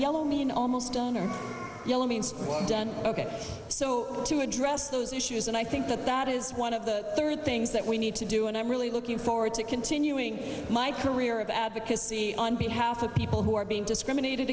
yellow mean almost donor elements well done ok so to address those issues and i think that that is one of the third things that we need to do and i'm really looking forward to continuing my career of advocacy on behalf of people who are being discriminated